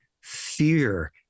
Fear